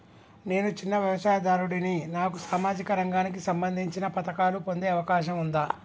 నేను చిన్న వ్యవసాయదారుడిని నాకు సామాజిక రంగానికి సంబంధించిన పథకాలు పొందే అవకాశం ఉందా?